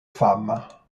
femmes